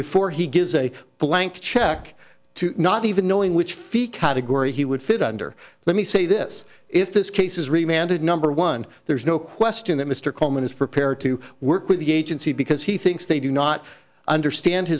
before he gives a blank check to not even knowing which fee category he would fit under let me say this if this case is reminded number one there is no question that mr coleman is prepared to work with the agency because he thinks they do not understand